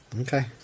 Okay